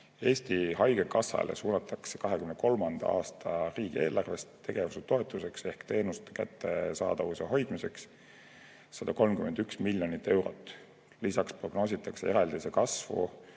Eesti Haigekassale suunatakse 2023. aasta riigieelarvest tegevustoetuseks ehk teenuste kättesaadavuse hoidmiseks 131 miljonit eurot. Lisaks prognoositakse eraldise kasvu